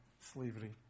slavery